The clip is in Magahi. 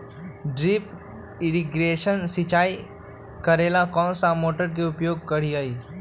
ड्रिप इरीगेशन सिंचाई करेला कौन सा मोटर के उपयोग करियई?